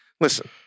Listen